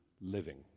living